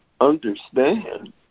understand